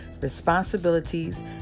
responsibilities